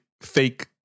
fake